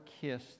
kiss